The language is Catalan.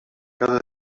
cada